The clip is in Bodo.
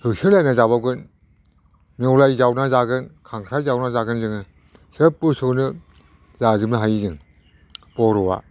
होसोलायनानै जाबावगोन नेवलाय जावनानै जागोन खांख्राय जावना जागोन जोङो सोब बुस्थुखौनो जाजोबनो हायो जों बर'आ